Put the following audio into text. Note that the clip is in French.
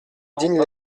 digne